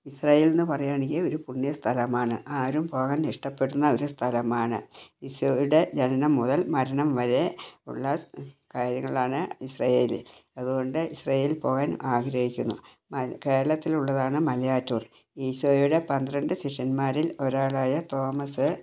Israel എന്നു പറയുകയാണെങ്കിൽ ഒരു പുണ്യ സ്ഥലമാണ് ആരും പോകാൻ ഇഷ്ടപ്പെടുന്ന ഒരു സ്ഥലമാണ് ഈശോയുടെ ജനനം മുതൽ മരണം വരെ ഉള്ള കാര്യങ്ങളാണ് ഇസ്രയേലിൽ അതുകൊണ്ട് ഇസ്രയേലിൽ പോകാൻ ആഗ്രഹിക്കുന്നു കേരളത്തിലുള്ളതാണ് മലയാറ്റൂർ ഈശോയുടെ പന്ത്രണ്ട് ശിഷ്യന്മാരിൽ ഒരാളായ തോമസ്